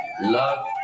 Love